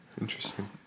Interesting